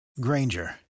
Granger